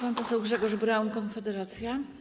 Pan poseł Grzegorz Braun, Konfederacja.